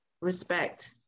Respect